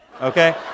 Okay